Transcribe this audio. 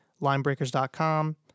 linebreakers.com